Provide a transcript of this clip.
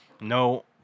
no